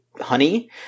honey